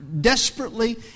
desperately